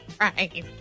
Right